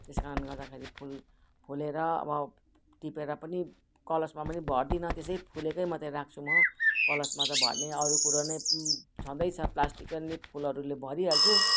त्यस कारण गर्दाखेरि फुल फुलेर अब टिपेर पनि कलशमा पनि भर्दिनँ त्यसै फुलेकै मात्रै राख्छु म कलशमा त भर्ने अरू कुरो नै छँदैछ प्लास्टिकको नै फुलहरूले भरिहाल्छु